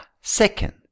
Second